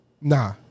Nah